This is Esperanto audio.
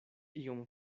iom